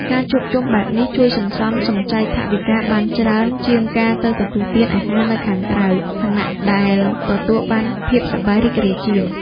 ការជួបជុំបែបនេះជួយសន្សំសំចៃថវិកាបានច្រើនជាងការទៅទទួលទានអាហារនៅខាងក្រៅ ខណៈដែលទទួលបានភាពសប្បាយរីករាយជាង។